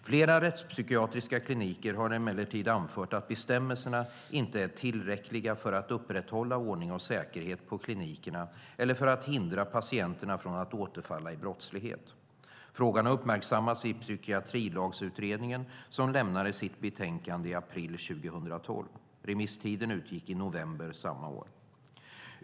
Flera rättspsykiatriska kliniker har emellertid anfört att bestämmelserna inte är tillräckliga för att upprätthålla ordning och säkerhet på klinikerna eller för att hindra patienterna från att återfalla i brottslighet. Frågan har uppmärksammats av Psykiatrilagsutredningen som lämnade sitt betänkande i april 2012, SOU 2012:17. Remisstiden gick ut i november samma år.